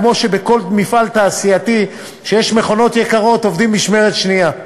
כמו שבכל מפעל תעשייתי שיש בו מכונות יקרות עובדים במשמרת שנייה.